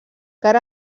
car